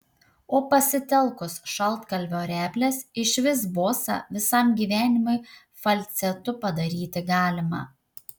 o pasitelkus šaltkalvio reples išvis bosą visam gyvenimui falcetu padaryti galima